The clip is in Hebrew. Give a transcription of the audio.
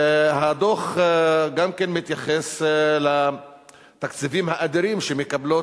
הדוח גם מתייחס לתקציבים האדירים שמקבלות